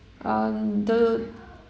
um the